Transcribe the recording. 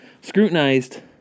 scrutinized